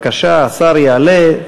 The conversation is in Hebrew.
בבקשה, השר יעלה.